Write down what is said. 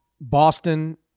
Boston